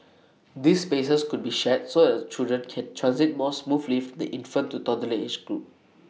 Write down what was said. these spaces could be shared so that the children can transit more smoothly from the infant to toddler age group